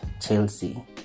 Chelsea